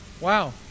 Wow